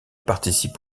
participe